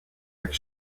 avec